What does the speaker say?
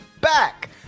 back